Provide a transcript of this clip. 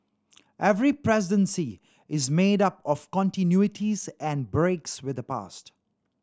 every presidency is made up of continuities and breaks with the past